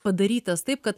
padarytas taip kad